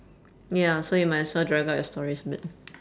ya so you might as well drive out your stories a bit